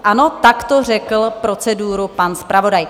Ano, takto řekl proceduru pan zpravodaj.